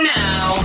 now